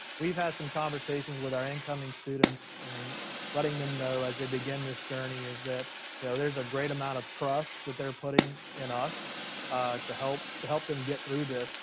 we've had some conversations with our incoming students and letting them know as they begin this journey is that you know there's a great amount of trust that they're putting in us to help to help them get through this.